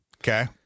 okay